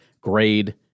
grade